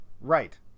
Right